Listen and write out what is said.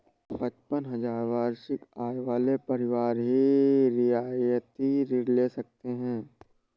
पचपन हजार वार्षिक आय वाले परिवार ही रियायती ऋण ले सकते हैं